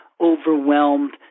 overwhelmed